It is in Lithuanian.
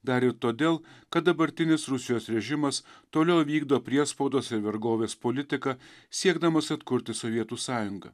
dar ir todėl kad dabartinis rusijos režimas toliau vykdo priespaudos ir vergovės politiką siekdamas atkurti sovietų sąjungą